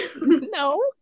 no